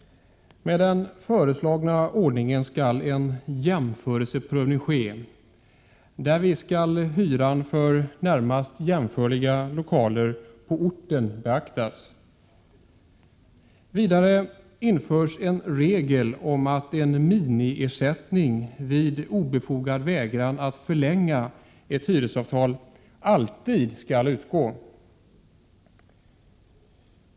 Med den föreslagna ordningen skall en jämförelseprövning ske. Därvid skall hyran för närmast jämförliga lokaler på orten beaktas. Vidare införs en regel om att en minimiersättning vid obefogad vägran att förlänga ett hyresavtal alltid skall utgå.